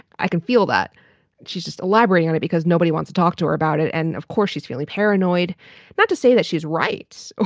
i can feel that she's just elaborating on it because nobody wants to talk to her about it. and of course, she's really paranoid not to say that she's right but,